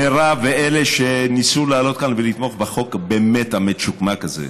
מירב ואלה שניסו לעלות כאן ולתמוך בחוק הבאמת-מצ'וקמק הזה.